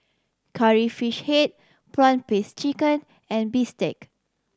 Curry Fish Head prawn paste chicken and bistake